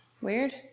weird